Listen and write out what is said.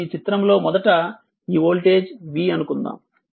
ఇప్పుడు ఈ చిత్రంలో మొదట ఈ వోల్టేజ్ v అనుకుందాం